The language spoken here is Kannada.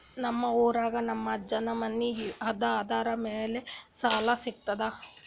ನಮ್ ಊರಾಗ ನಮ್ ಅಜ್ಜನ್ ಮನಿ ಅದ, ಅದರ ಮ್ಯಾಲ ಸಾಲಾ ಸಿಗ್ತದ?